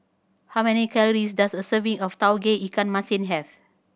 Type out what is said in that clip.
how many calories does a serving of Tauge Ikan Masin have